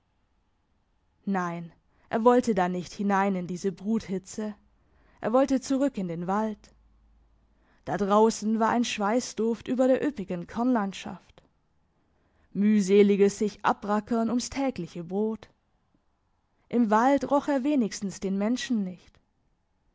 nein er wollte da nicht hinein in diese bruthitze er wollte zurück in den wald da draussen war ein schweissduft über der üppigen kornlandschaft mühseliges sichabrackern ums tägliche brot im wald roch er wenigstens den menschen nicht